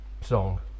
song